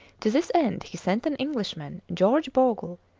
to this end he sent an englishman, george bogle,